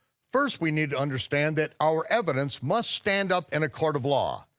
first we need to understand that our evidence must stand up in a court of law.